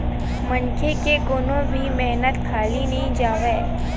मनखे के कोनो भी मेहनत खाली नइ जावय